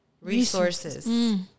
resources